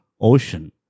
ocean